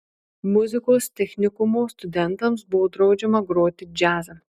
muzikos technikumo studentams buvo draudžiama groti džiazą